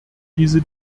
diese